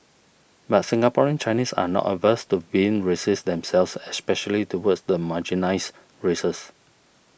but Singaporean Chinese are not averse to being racist themselves especially towards the marginalised races